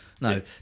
No